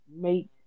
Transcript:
make